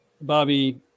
Bobby